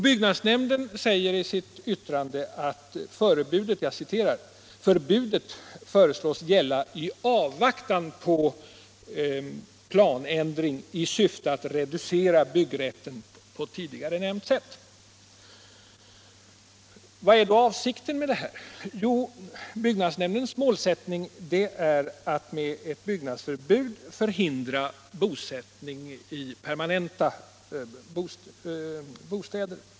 Byggnadsnämnden säger i sitt yttrande att ”förbudet föreslås gälla i avvaktan på planändring i syfte att reducera byggrätten på tidigare nämnt sätt”. Vad är då avsikten med detta? Jo, byggnadsnämndens målsättning är att med byggnadsförbud förhindra bosättning i permanenta bostäder.